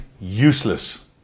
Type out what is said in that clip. useless